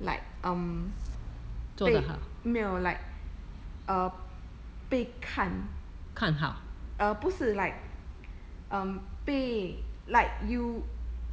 like um 被没有 like err 被看 err like um 被没有 like err 被看 err 不是 like um 被 like you